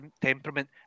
temperament